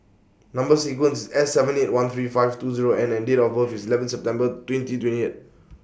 Number sequence IS S seven eight one three five two Zero N and Date of birth IS eleven September twenty twenty eight